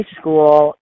school